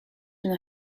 una